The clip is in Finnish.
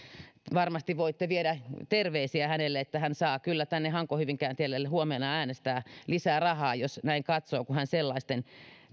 varmasti voitte viedä terveisiä hänelle että hän saa kyllä tänne hanko hyvinkää tielle huomenna äänestää lisää rahaa jos hän näin katsoo kun hän sellaisten